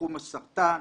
בתחום הסרטן,